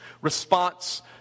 response